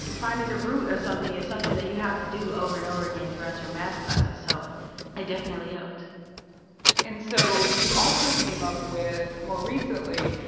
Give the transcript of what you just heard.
finding the root of something is something that you have to do over and over again throughout your math classes. so it definitely helped and so you also came up with, more recently,